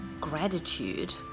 gratitude